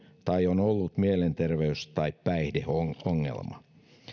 tai on ollut mielenterveys tai päihdeongelma